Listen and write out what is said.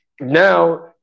now